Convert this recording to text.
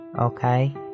okay